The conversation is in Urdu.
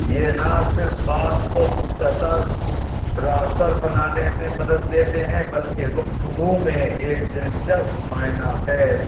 یہ نہ صرف بات کو مختصر پرا اثر بنانے میں مدد دیتے ہیں بلکہ گفتگو میں ایک دلچسپ معانی خیز